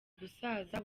gusaza